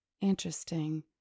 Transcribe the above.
Interesting